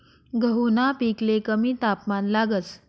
गहूना पिकले कमी तापमान लागस